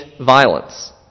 violence